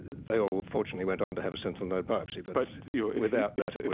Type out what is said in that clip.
they all fortunately went on to have a sentinel node biopsy but but yeah without that,